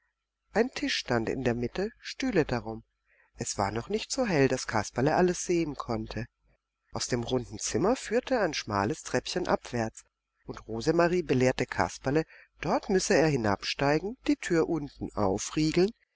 ein tisch stand in der mitte stühle darum es war noch so hell daß kasperle alles sehen konnte aus dem runden zimmer führte ein schmales treppchen abwärts und rosemarie belehrte kasperle dort müsse er hinabsteigen die tür unten aufriegeln